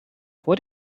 vor